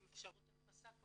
עם אפשרות הדפסה כמובן.